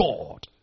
God